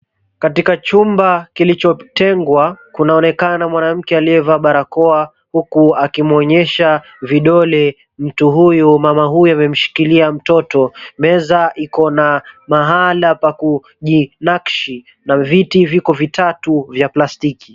Katika chumba kilichotengwa kunaonekana mwanamke aliyevaa barakoa huku akimuonyesha vidole mtu huyu, mama huyu amemshikilia mtoto meza iko na mahali pa kujinakishi na viti viko vitatu vya plastiki.